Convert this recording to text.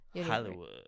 Hollywood